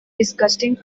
disgusting